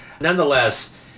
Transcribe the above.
Nonetheless